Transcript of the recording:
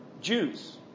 Jews